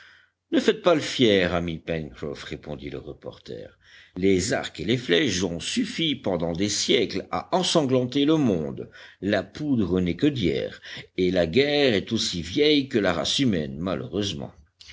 ne faites pas le fier ami pencroff répondit le reporter les arcs et les flèches ont suffi pendant des siècles à ensanglanter le monde la poudre n'est que d'hier et la guerre est aussi vieille que la race humaine malheureusement